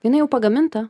jinai jau pagaminta